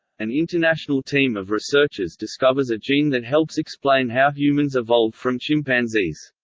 an international team of researchers discovers a gene that helps explain how humans evolved from chimpanzees.